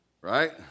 right